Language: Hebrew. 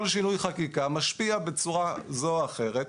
כל שינוי חקיקה משפיע בצורה זו או אחרת,